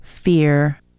fear